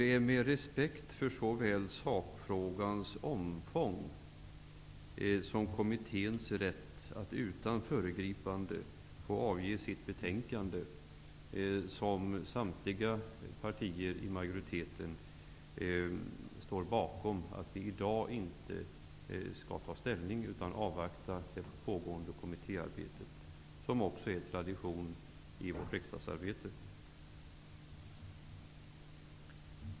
Det är med respekt för såväl sakfrågans omfång som kommitténs rätt att utan föregripande få avge sitt betänkande som samtliga partier i majoriteten står bakom att vi i dag inte skall ta ställning utan avvakta det pågående kommittéarbetet, vilket också är tradition i riksdagsarbetet.